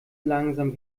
langsam